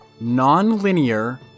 non-linear